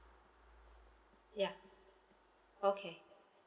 ya okay